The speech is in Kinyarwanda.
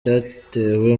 yatewe